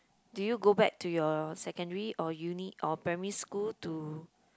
do you go back to your secondary or uni or primary school to